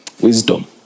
Wisdom